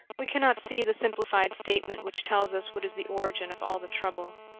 we cannot see the simplified statement which tells us what is the origin of all the trouble.